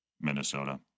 Minnesota